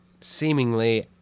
seemingly